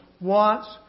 wants